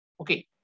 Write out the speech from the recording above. Okay